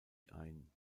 ein